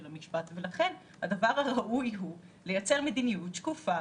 המשפט ולכן הדבר הראוי הוא לייצר מדיניות שקופה,